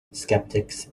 skeptics